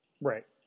Right